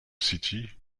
city